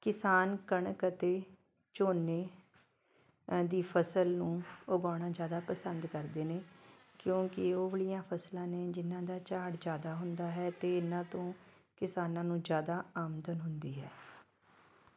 ਕਿਸਾਨ ਕਣਕ ਅਤੇ ਝੋਨੇ ਦੀ ਫਸਲ ਨੂੰ ਉਗਾਉਣਾ ਜ਼ਿਆਦਾ ਪਸੰਦ ਕਰਦੇ ਨੇ ਕਿਉਂਕਿ ਇਹ ਉਹ ਵਾਲੀਆਂ ਫਸਲਾਂ ਨੇ ਜਿਹਨਾਂ ਦਾ ਝਾੜ ਜ਼ਿਆਦਾ ਹੁੰਦਾ ਹੈ ਅਤੇ ਇਹਨਾਂ ਤੋਂ ਕਿਸਾਨਾਂ ਨੂੰ ਜ਼ਿਆਦਾ ਆਮਦਨ ਹੁੰਦੀ ਹੈ